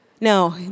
No